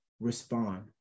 respond